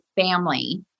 family